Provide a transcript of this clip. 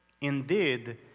Indeed